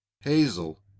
hazel